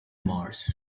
mars